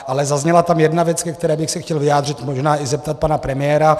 Ale zazněla tam jedna věc, ke které bych se chtěl vyjádřit, možná i zeptat pana premiéra.